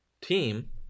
team